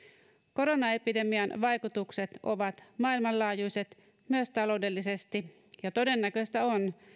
koronaepidemian vaikutukset ovat maailmanlaajuiset myös taloudellisesti ja todennäköistä on